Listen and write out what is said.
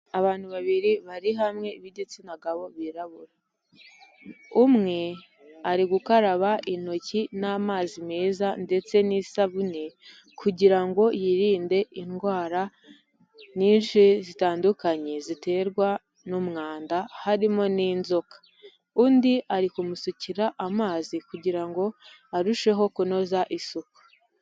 Abantu babiri bari hamwe b'igitsina gabo birabura, umwe ari gukaraba intoki n'amazi meza ndetse n'isabune kugira ngo yirinde indwara nyinshi zitandukanye ziterwa n'umwanda, harimo n'inzoka, undi ari kumusukira amazi kugira ngo arusheho kunoza isuku.